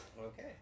Okay